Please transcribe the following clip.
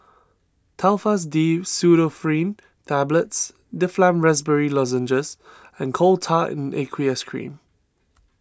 Telfast D Pseudoephrine Tablets Difflam Raspberry Lozenges and Coal Tar in Aqueous Cream